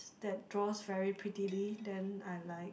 that draws very prettily then I like